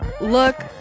look